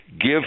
give